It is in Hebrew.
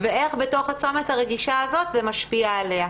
איך בתוך הצומת הרגישה הזאת זה משפיע עליה?